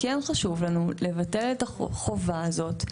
כן חשוב לנו לבטל את החובה הזאת,